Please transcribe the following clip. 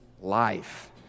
life